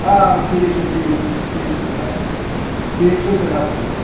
آ آ فیٖس چھُ فیٖس چھُ فیٖس چھُ ترٛےٚ ہَتھ فیٖس چھُ ترٛےٚ ہَتھ حظ